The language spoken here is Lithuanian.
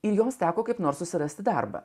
ir jums teko kaip nors susirasti darbą